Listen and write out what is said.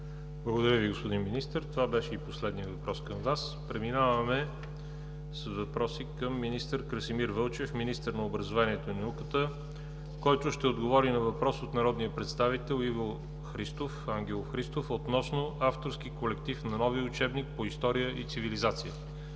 Благодаря Ви, господин Министър. Това беше и последният въпрос към Вас. Преминаваме с въпроси към министър Красимир Вълчев – министър на образованието и науката, който ще отговори на въпрос от народния представител Иво Ангелов Христов относно авторски колектив на новия учебник по история и цивилизация.